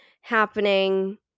happening